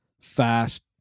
fast